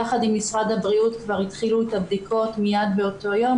ביחד עם משרד הבריאות התחילו את הבדיקות מיד באותו יום,